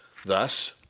thus,